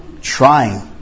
trying